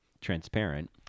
Transparent